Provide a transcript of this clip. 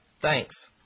Thanks